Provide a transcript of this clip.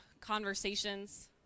conversations